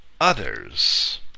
others